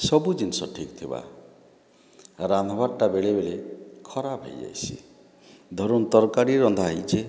ସବୁ ଜିନିଷ୍ ଠିକ୍ ଥିବା ରାନ୍ଧ୍ବାଟା ବେଳେ ବେଳେ ଖରାପ୍ ହେଇ ଯାଇସି ଧରୁନ୍ ତର୍କାରୀ ରନ୍ଧା ହେଇଛେ